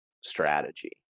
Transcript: strategy